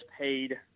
paid